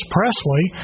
Presley